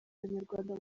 banyarwanda